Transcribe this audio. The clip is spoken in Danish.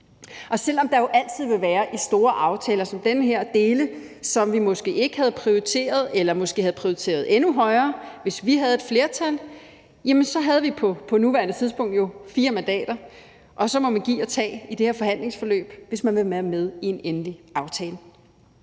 Selv om der jo altid i store aftaler som den her vil være dele, som vi måske ikke havde prioriteret eller måske havde prioriteret endnu højere, hvis vi havde et flertal, så havde vi på nuværende tidspunkt jo fire mandater, og så må man give og tage i der her handlingsforløb, hvis man vil være med i en endelig aftale.